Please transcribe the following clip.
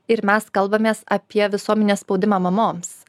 ir mes kalbamės apie visuomenės spaudimą mamoms